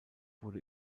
wurde